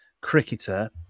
cricketer